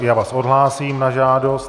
Já vás odhlásím na žádost.